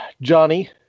Johnny